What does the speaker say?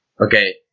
Okay